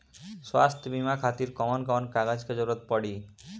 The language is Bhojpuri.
स्वास्थ्य बीमा खातिर कवन कवन कागज के जरुरत पड़ी?